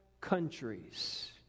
countries